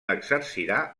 exercirà